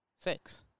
Six